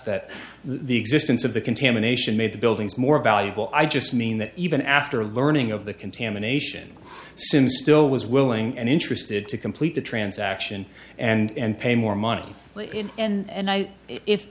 that the existence of the contamination made the buildings more valuable i just mean that even after learning of the contamination soon still was willing and interested to complete the transaction and pay more money and